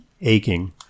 aching